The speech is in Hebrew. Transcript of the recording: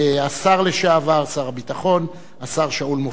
השר לשעבר, שר הביטחון, השר שאול מופז.